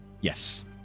Yes